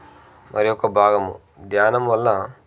దాని యొక్క భాగము ధ్యానం వల్ల